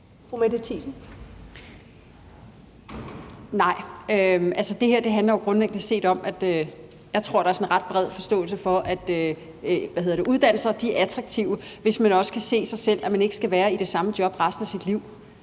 Mette Thiesen (NB): Nej. Altså, det her handler jo grundlæggende set om, at jeg tror, at der er sådan en ret bred forståelse for, at uddannelser er attraktive, hvis man kan se, at de kan bruges, selv om man ikke skal være i det samme job resten af sit liv.